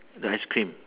the ice cream